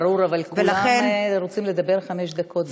ברור, אבל כולם רוצים לדבר חמש דקות.